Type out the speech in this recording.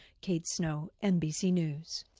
kate snow, nbc news.